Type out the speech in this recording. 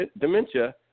dementia